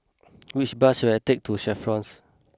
which bus should I take to The Chevrons